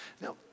Now